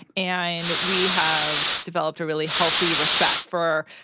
and we have developed a really healthy respect for,